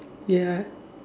ya